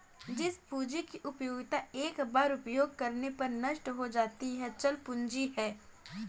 जिस पूंजी की उपयोगिता एक बार उपयोग करने पर नष्ट हो जाती है चल पूंजी है